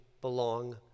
belong